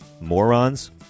Morons